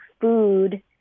food